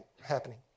happening